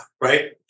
right